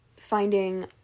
Finding